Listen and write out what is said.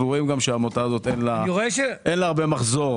אנחנו רואים שלעמותה הזאת אין הרבה מחזור.